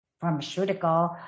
pharmaceutical